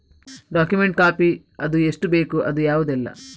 Document copy ಎಷ್ಟು ಬೇಕು ಅದು ಯಾವುದೆಲ್ಲ?